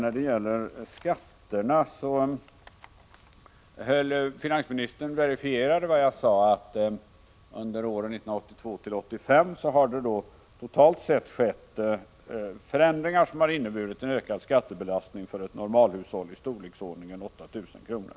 När det gäller skatterna verifierade finansministern vad jag sade, att det under åren 1982-1985 totalt sett har skett förändringar som för ett normalhushåll har inneburit en ökad skattebelastning i storleksordningen 8 000 kr.